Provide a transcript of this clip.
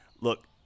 Look